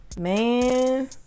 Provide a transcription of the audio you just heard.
man